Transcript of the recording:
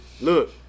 look